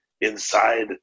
inside